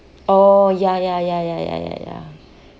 !ow! ya ya ya ya ya ya ya